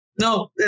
no